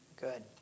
Good